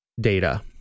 data